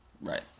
Right